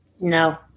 No